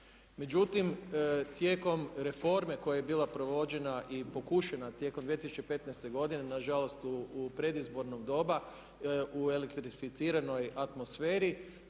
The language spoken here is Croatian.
Međutim, tijekom reforme koja je bila provođena i pokušana tijekom 2015. godine na žalost u predizborno doba u elektrificiranoj atmosferi